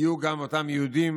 יהיו גם אותם יהודים